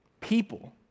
People